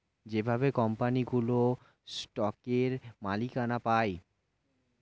যেভাবে কোম্পানিগুলো স্টকের মালিকানা পায়